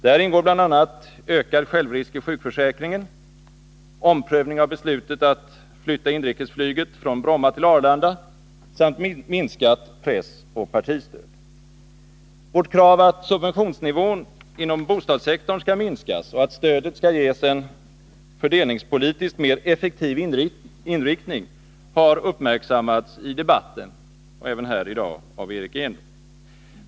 Där ingår bl.a. ökad självrisk i sjukförsäkringen, omprövning av beslutet att flytta inrikesflyget från Bromma till Arlanda samt minskat pressoch partistöd. Vårt krav att subventionsnivån inom bostadssektorn skall minskas och att stödet skall ges en fördelningspolitiskt mer effektiv inriktning har uppmärksammats i debatten och även här i dag av Eric Enlund.